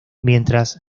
mientras